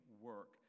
work